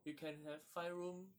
you can have five room